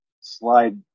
slide